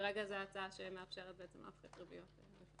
כרגע זו ההצעה שמאפשרת להפחית ריביות.